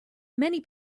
many